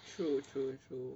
true true true